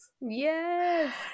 Yes